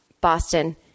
Boston